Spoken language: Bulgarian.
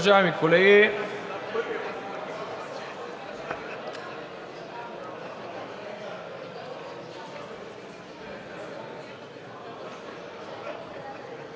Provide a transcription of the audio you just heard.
Благодаря